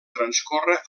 transcorre